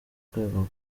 rwego